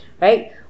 right